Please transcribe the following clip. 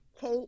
kate